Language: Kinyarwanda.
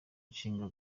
ishinga